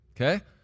Okay